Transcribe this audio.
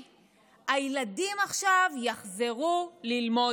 הילדים עכשיו יחזרו ללמוד תנ"ך.